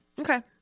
Okay